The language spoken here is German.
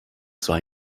zwar